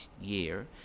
year